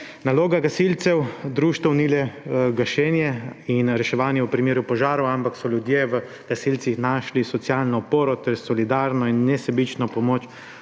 Naloga gasilcev, društev ni le gašenje in reševanje v primeru požarov, ampak so ljudje v gasilcih našli tudi socialno oporo ter solidarno in nesebično pomoč